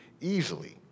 easily